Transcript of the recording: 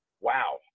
wow